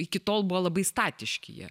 iki tol buvo labai statiški jie